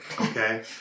Okay